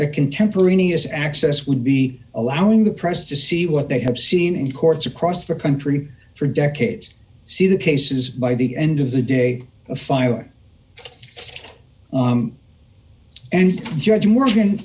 that contemporaneous access would be allowing the press to see what they have seen in courts across the country for decades see the cases by the end of the day fire and judge morgan